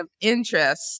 interest